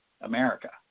America